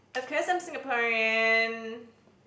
of course I'm Singaporean